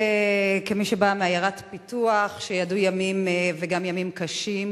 כמי שבאה מעיירת פיתוח שידעה ימים וגם ימים קשים,